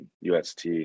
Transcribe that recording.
UST